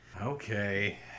Okay